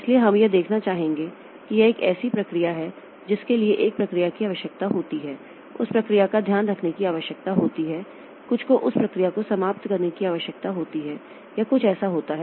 इसलिए हम यह देखना चाहेंगे कि यह एक ऐसी प्रक्रिया है जिसके लिए एक प्रक्रिया की आवश्यकता होती है उस प्रक्रिया का ध्यान रखने की आवश्यकता होती है कुछ को उस प्रक्रिया को समाप्त करने की आवश्यकता होती है या कुछ ऐसा होता है